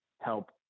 help